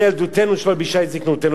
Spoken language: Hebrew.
ילדותנו שלא ביישה את זיקנותנו.